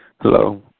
Hello